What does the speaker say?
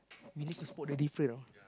we need to spot the different you know